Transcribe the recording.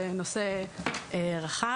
זה נושא רחב.